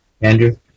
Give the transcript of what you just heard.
Andrew